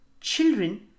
Children